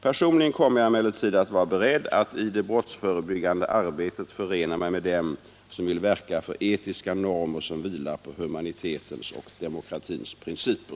Personligen kommer jag emellertid att vara beredd att i det brottsförebyggande arbetet förena mig med dem som vill verka för etiska normer som vilar på humanitetens och demokratins principer.